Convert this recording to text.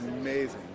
amazing